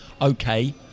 Okay